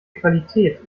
qualität